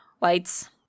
lights